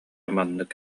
маннык